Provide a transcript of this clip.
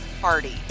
party